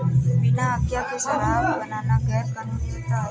बिना आज्ञा के शराब बनाना गैर कानूनी होता है